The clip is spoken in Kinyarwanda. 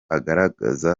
agaragaza